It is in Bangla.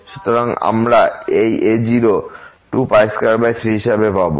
সুতরাং আমরা এই a0 223 হিসাবে পাবো